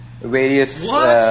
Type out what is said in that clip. various